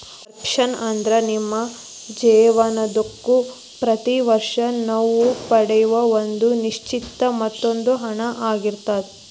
ವರ್ಷಾಶನ ಅಂದ್ರ ನಿಮ್ಮ ಜೇವನದುದ್ದಕ್ಕೂ ಪ್ರತಿ ವರ್ಷ ನೇವು ಪಡೆಯೂ ಒಂದ ನಿಶ್ಚಿತ ಮೊತ್ತದ ಹಣ ಆಗಿರ್ತದ